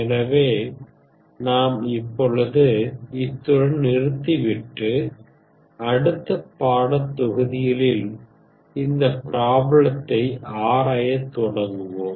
எனவே நாம் இப்பொழுது இத்துடன் நிறுத்திவிட்டு அடுத்த பாடத்தொகுதிகளில் இந்த ப்ரோப்ளேதை ஆராயத் தொடங்குவோம்